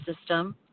system